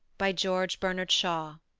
by george bernard shaw